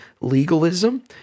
legalism